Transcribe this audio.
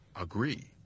agree